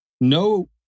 no